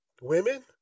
Women